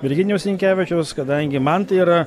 virginijaus sinkevičiaus kadangi man tai yra